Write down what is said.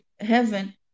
heaven